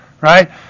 right